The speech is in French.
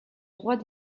droits